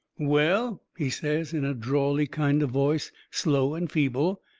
well, he says, in a drawly kind of voice, slow and feeble,